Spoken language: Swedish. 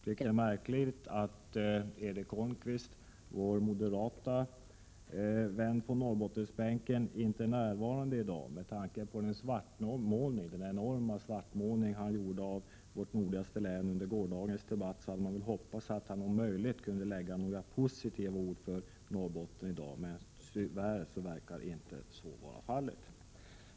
Herr talman! I detta betänkande från trafikutskottet om regionalpolitiska insatser i Norrbotten behandlas som vanligt ett antal motioner. Dessa har resulterat i sju reservationer. Låt mig inledningsvis nämna att jag tycker att det är märkligt att Erik Holmkvist, vår moderate vän från Norrbottensbänken, inte är närvarande i dag. Med tanke på den enorma svartmålning som han i gårdagens debatt gjorde av vårt nordligaste län, hade jag hoppats att han skulle ha sagt några positiva ord om Norrbotten i dag. Tyvärr verkar det inte vara fallet.